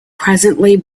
presently